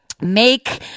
make